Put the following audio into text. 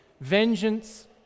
Vengeance